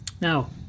Now